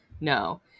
no